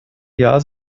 jahr